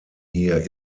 hier